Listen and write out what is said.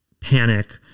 panic